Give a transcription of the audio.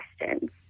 questions